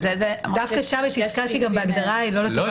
מן הסתם כבר לא.